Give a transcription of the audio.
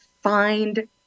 find